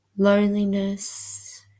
Loneliness